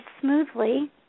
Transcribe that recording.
smoothly